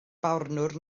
barnwr